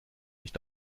nicht